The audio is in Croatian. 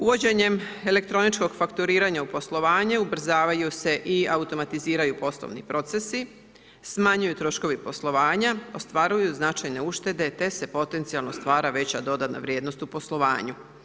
Uvođenjem elektroničkog fakturiranja u poslovanju ubrzavaju se i automatiziraju poslovni procesi, smanjuju troškovi poslovanja, ostvaruju značajne uštede te se potencijalno stvara veća dodana vrijednost u poslovanju.